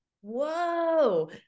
whoa